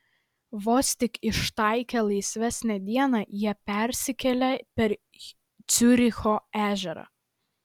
vos tik ištaikę laisvesnę dieną jie persikelia per ciuricho ežerą